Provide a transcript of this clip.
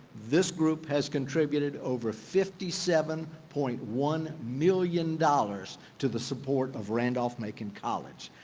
this group has contributed over fifty seven point one million dollars to the support of randolph-macon college.